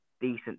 decent